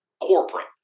corporate